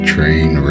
Train